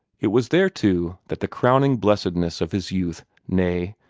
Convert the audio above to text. it was there too that the crowning blessedness of his youth nay,